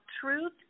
truth